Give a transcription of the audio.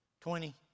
Twenty